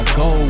go